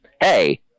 Hey